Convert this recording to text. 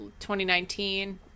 2019